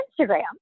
Instagram